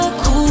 cool